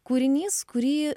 kūrinys kurį